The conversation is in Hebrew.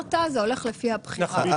שבחרת זה הולך לפי הבחירה.